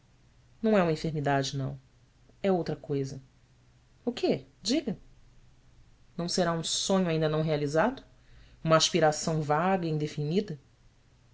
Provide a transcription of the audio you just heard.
não é uma enfermidade não é outra coisa quê iga ão será um sonho ainda não realizado uma aspiração vaga e indefinida